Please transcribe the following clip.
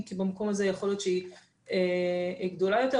אם כי במקום הזה יכול להיות שהיא גדולה יותר.